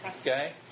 Okay